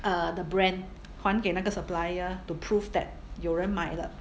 err the brand 还给那个 supplier to prove that 有人买了